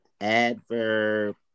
adverb